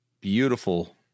beautiful